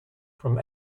from